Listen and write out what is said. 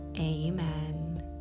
amen